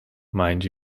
mind